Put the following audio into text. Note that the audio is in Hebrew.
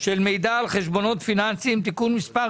של מידע על חשבונות פיננסיים) (תיקון מס'